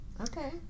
okay